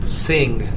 sing